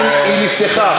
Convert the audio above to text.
היא נפתחה.